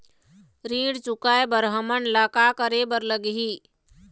ऋण चुकाए बर हमन ला का करे बर लगही?